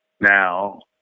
now